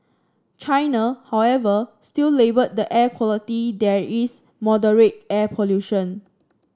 China however still labelled the air quality there is moderate air pollution